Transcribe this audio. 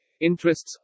interests